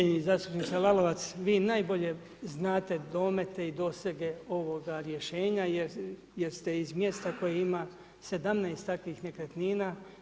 Cijenjeni zastupniče Lalovac, vi najbolje znate domete i dosege ovoga rješenja jer ste iz mjesta koje ima 17 takvih nekretnina.